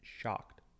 Shocked